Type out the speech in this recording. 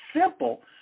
simple